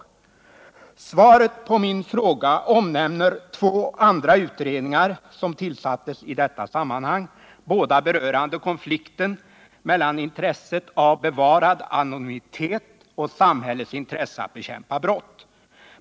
I svaret på min fråga omnämns två andra utredningar som tillsattes i detta sammanhang, båda berörande konflikten mellan intresset av bevarad anonymitet och samhällets intresse att bekämpa brott.